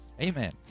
Amen